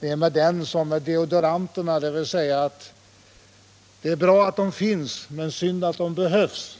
det med den är som med deodoranterna: det är bra att de finns men synd att de behövs.